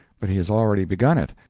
but he has already begun it.